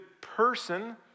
person